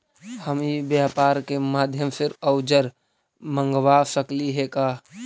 हम ई व्यापार के माध्यम से औजर मँगवा सकली हे का?